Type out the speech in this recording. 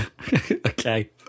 Okay